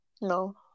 No